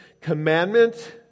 commandment